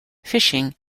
fishing